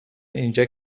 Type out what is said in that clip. اینجا